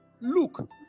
look